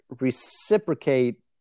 reciprocate